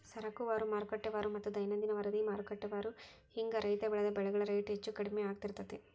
ಸರಕುವಾರು, ಮಾರುಕಟ್ಟೆವಾರುಮತ್ತ ದೈನಂದಿನ ವರದಿಮಾರುಕಟ್ಟೆವಾರು ಹಿಂಗ ರೈತ ಬೆಳಿದ ಬೆಳೆಗಳ ರೇಟ್ ಹೆಚ್ಚು ಕಡಿಮಿ ಆಗ್ತಿರ್ತೇತಿ